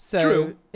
True